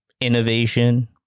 innovation